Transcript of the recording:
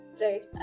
right